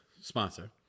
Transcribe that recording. Sponsor